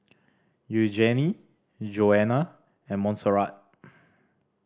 Eugenie Jonna and Monserrat